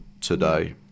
today